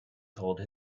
told